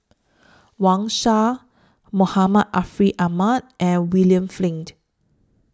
Wang Sha Muhammad Ariff Ahmad and William Flint